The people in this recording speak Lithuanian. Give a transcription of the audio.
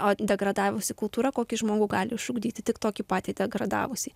o degradavusi kultūra kokį žmogų gali išugdyti tik tokį patį degradavusį